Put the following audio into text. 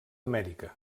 amèrica